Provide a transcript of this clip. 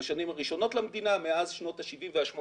בשנים הראשונות למדינה ומאז שנות ה-70 וה-80